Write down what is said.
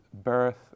Birth